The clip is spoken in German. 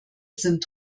sind